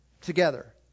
together